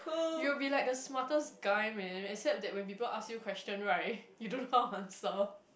you will be like the smartest guy man except that when people ask you question right you don't know how to answer